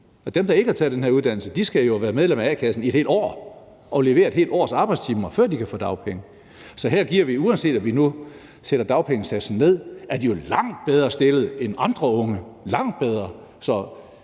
dem, der ikke har taget den her uddannelse, skal jo være medlem af en a-kasse i et helt år og levere et helt års arbejdstimer, før de kan få dagpenge. Så uanset om vi nu sætter dagpengesatsen ned, er de jo langt bedre stillet end andre unge, langt bedre.